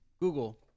Google